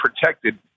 protected